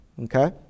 okay